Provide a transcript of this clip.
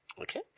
Okay